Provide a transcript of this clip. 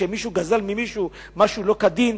שמישהו גזל ממישהו משהו לא כדין,